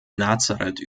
nazareth